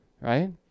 right